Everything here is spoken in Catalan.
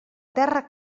terra